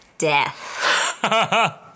death